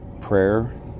prayer